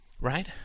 Right